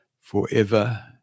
forever